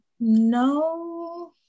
no